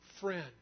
friend